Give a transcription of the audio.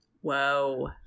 Whoa